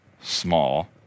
small